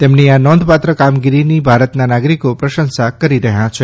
તેમની આ નોંધપાત્ર કામગીરીની ભારતના નાગરિકો પ્રશંસા કરી રહ્યા છે